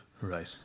Right